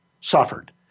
suffered